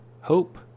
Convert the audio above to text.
hope